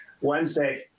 Wednesday